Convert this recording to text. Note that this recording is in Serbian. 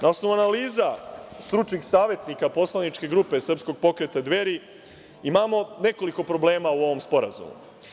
Na osnovu analiza stručnih savetnika poslaničke grupe Srpskog pokreta Dveri imamo nekoliko problema u ovom sporazumu.